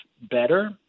better